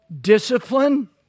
discipline